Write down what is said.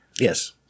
Yes